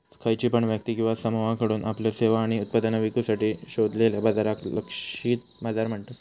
खयची पण व्यक्ती किंवा समुहाकडुन आपल्यो सेवा आणि उत्पादना विकुसाठी शोधलेल्या बाजाराक लक्षित बाजार म्हणतत